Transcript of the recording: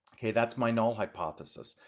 okay, that's my null hypothesis.